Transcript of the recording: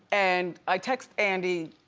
and, i text andy,